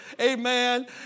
amen